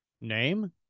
Name